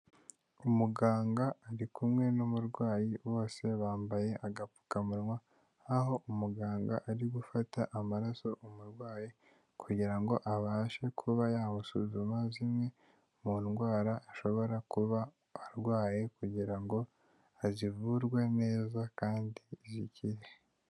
Umuganga ari kumwe n'umurwayi bose bambaye agapfukamunwa, aho umuganga ari gufata amaraso umurwayi kugira ngo abashe kuba yawusuzuma zimwe mu ndwara ashobora kuba arwaye kugira ngo azivurwe neza kandi zikire.